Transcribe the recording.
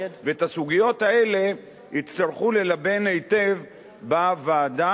ואת הסוגיות האלה יצטרכו ללבן היטב בוועדה.